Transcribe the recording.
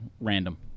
random